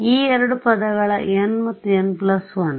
ಈ ಎರಡು ಪದಗಳು n ಮತ್ತು n 1